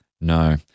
No